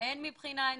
הן מבחינה אנושית,